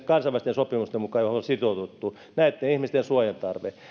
kansainvälisten sopimusten mukaan joihin olemme sitoutuneet näitten ihmisten suojan tarve